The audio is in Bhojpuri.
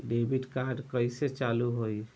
डेबिट कार्ड कइसे चालू होई?